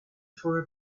for